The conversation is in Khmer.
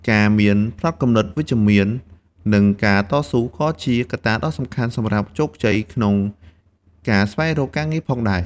ការមានផ្នត់គំនិតវិជ្ជមាន និងការតស៊ូ ក៏ជាកត្តាដ៏សំខាន់សម្រាប់ជោគជ័យក្នុងការស្វែងរកការងារផងដែរ។